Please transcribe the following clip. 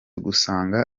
gusanga